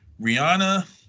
Rihanna